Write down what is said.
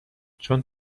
چون